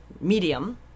medium